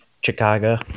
Chicago